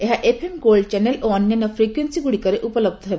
ଏହା FM Gold channel ଓ ଅନ୍ୟାନ୍ୟ ଫ୍ରିକୁଏନ୍ସି ଗୁଡ଼ିକରେ ଉପଲହ୍ଧ ହେବ